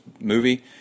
movie